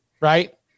Right